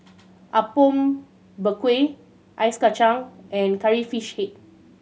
Apom Berkuah Ice Kachang and Curry Fish Head